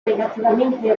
relativamente